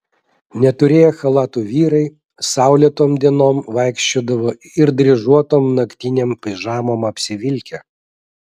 neturėję chalatų vyrai saulėtom dienom vaikščiodavo ir dryžuotom naktinėm pižamom apsivilkę